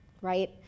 Right